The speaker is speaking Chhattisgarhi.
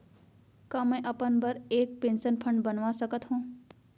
का मैं अपन बर एक पेंशन फण्ड बनवा सकत हो?